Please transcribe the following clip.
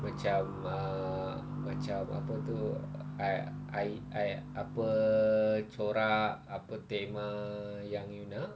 macam uh macam apa itu I I I apa corak apa tema yang you nak